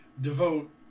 devote